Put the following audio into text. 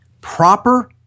proper